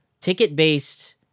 Ticket-based